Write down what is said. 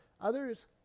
Others